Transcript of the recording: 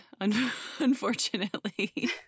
unfortunately